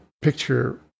picture